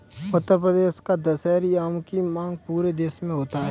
उत्तर प्रदेश का दशहरी आम की मांग पूरे देश में होती है